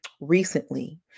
recently